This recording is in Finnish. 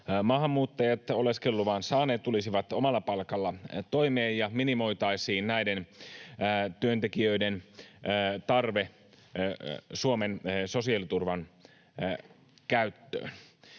maahanmuuttajat, oleskeluluvan saaneet, tulisivat omalla palkalla toimeen ja minimoitaisiin näiden työntekijöiden tarve Suomen sosiaaliturvan käyttöön.